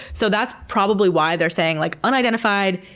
so that's probably why they're saying, like unidentified.